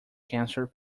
cancer